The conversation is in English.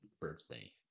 birthday